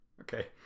okay